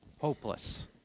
hopeless